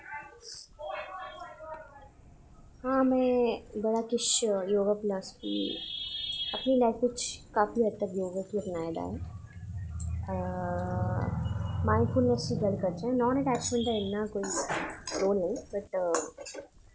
हां में बड़ा किश योगा काफीहद तक योगा गी अपनाए दा ऐ लाईफ दी गल्ल करचै इन्ना कोई नेंई बट